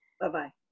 Bye-bye